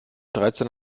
dreizehn